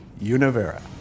Univera